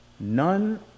None